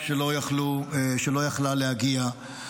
שלא יכלה להגיע,